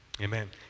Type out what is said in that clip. Amen